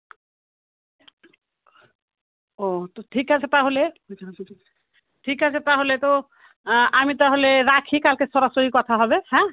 ও তো ঠিক আছে তাহলে ঠিক আছে তাহলে তো আমি তাহলে রাখি কালকে সরাসরি কথা হবে হ্যাঁ